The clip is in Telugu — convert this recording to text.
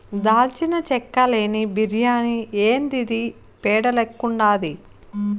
దాల్చిన చెక్క లేని బిర్యాని యాందిది పేడ లెక్కుండాది